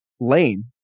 lane